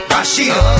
Rashida